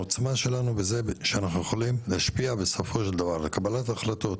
העוצמה שלנו בזה שאנחנו יכולים להשפיע בסופו של דבר לקבלת ההחלטות,